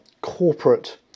corporate